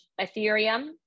Ethereum